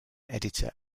editor